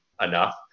enough